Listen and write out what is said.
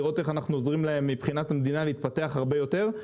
לראות איך המדינה עוזרת להן להתפתח הרבה יותר,